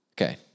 Okay